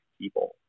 people